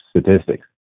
statistics